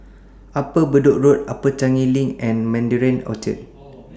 Upper Bedok Road Upper Changi LINK and Mandarin Orchard